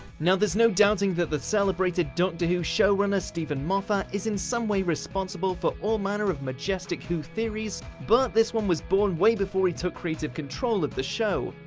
there's no doubting that the celebrated doctor who showrunner steven moffat is in some way responsible for all manner of majestic who theories but this one was born way before he took creative control of the show.